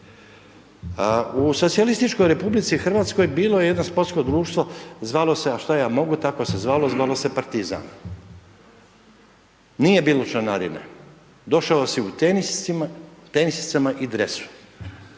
U Socijalističkoj Republici Hrvatskoj bilo je jedno sportsko društvo, a šta ja mogu tako se zvalo, zvalo se Partizan, nije bilo članarine, došao si u tenisicama i dresu